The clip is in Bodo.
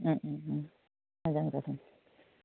मोजां जादों